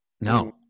no